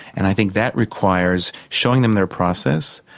and i think that requires showing them their process,